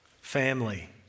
family